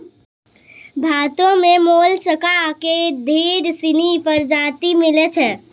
भारतो में मोलसका के ढेर सिनी परजाती मिलै छै